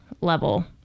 level